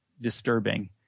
disturbing